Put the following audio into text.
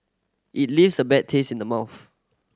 it leaves a bad taste in the mouth